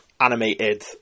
animated